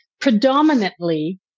predominantly